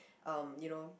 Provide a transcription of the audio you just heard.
um you know